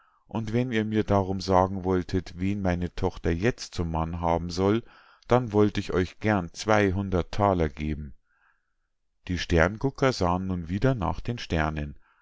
und wenn ihr mir darum sagen wolltet wen meine tochter jetzt zum mann haben soll dann wollt ich euch gern zweihundert thaler geben die sterngucker sahen nun wieder nach den sternen